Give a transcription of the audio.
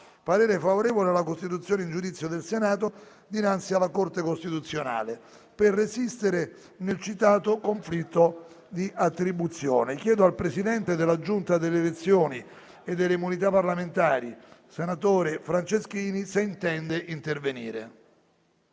parere favorevole alla costituzione in giudizio del Senato dinanzi alla Corte costituzionale per resistere nel citato conflitto di attribuzione. Chiedo al Presidente della Giunta delle elezioni e delle immunità parlamentari, senatore Franceschini, se intende intervenire.